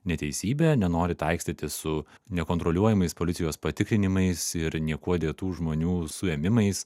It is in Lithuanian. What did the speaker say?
neteisybe nenori taikstytis su nekontroliuojamais policijos patikrinimais ir niekuo dėtų žmonių suėmimais